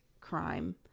crime